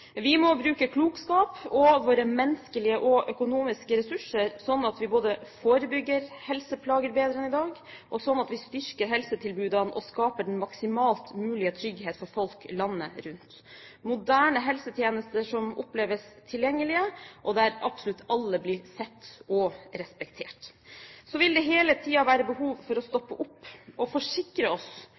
Vi må bruke klokskap og våre menneskelige og økonomiske ressurser, slik at vi både forebygger helseplager bedre enn i dag, og slik at vi styrker helsetilbudene og skaper den maksimalt mulige trygghet for folk landet rundt. Vi må ha moderne helsetjenester som oppleves tilgjengelige, og der absolutt alle blir sett og respektert. Så vil det hele tiden være behov for å stoppe opp og forsikre oss